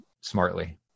smartly